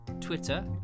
Twitter